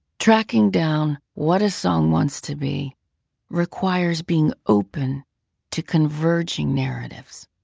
tracking down what a song wants to be requires being open to converging narratives.